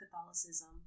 Catholicism